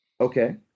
Okay